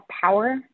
power